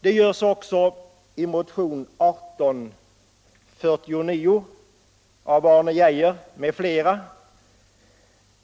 Detta görs också i motionen 1849 av Arne Geijer m. fil.